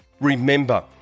remember